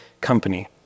company